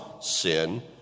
sin